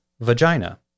vagina